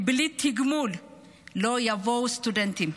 כי בלי תגמול לא יבואו סטודנטים.